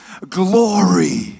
glory